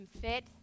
fit